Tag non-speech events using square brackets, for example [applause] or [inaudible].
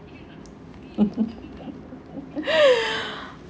[laughs]